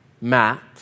Matt